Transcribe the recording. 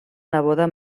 neboda